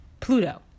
Pluto